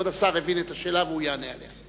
כבוד השר הבין את השאלה והוא יענה עליה.